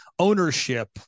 ownership